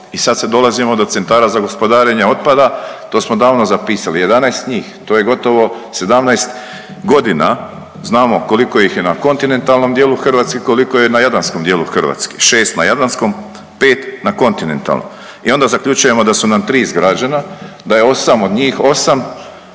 I sad se dolazimo do centra za gospodarenja otpada, to smo davno zapisali 11 njih. To je gotovo 17 godina. Znamo koliko ih je na kontinentalnom dijelu Hrvatske, koliko je na jadranskom dijelu Hrvatske. 6 na jadranskom, 5 na kontinentalnom. I onda zaključujemo da su nam 3 izgrađena, da je 8 od njih 8